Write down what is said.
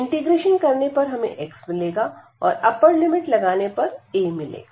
integration करने पर हमें x मिलेगा और अप्पर लिमिट लगाने पर a मिलेगा